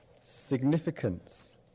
significance